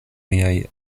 miaj